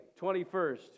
21st